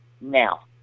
Now